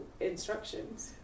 instructions